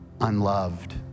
unloved